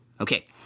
Okay